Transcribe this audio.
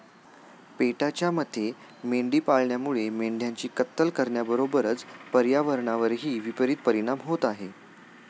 पेटाच्या मते मेंढी पालनामुळे मेंढ्यांची कत्तल करण्याबरोबरच पर्यावरणावरही विपरित परिणाम होत आहे